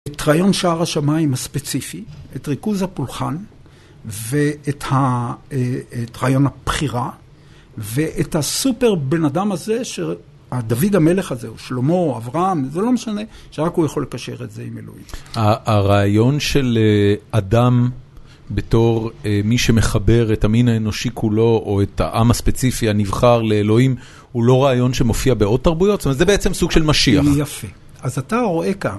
את רעיון שער השמיים הספציפי, את ריכוז הפולחן ואת רעיון הבחירה ואת הסופר בן אדם הזה, שדוד המלך הזה, שלמה או אברהם, זה לא משנה, שרק הוא יכול לקשר את זה עם אלוהים. הרעיון של אדם בתור מי שמחבר את המין האנושי כולו או את העם הספציפי הנבחר לאלוהים, הוא לא רעיון שמופיע בעוד תרבויות? זאת אומרת, זה בעצם סוג של משיח. יפה. אז אתה רואה כאן...